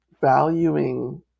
valuing